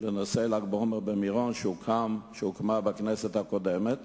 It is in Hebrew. בנושא ל"ג בעומר במירון, כפי שהוקמה בכנסת הקודמת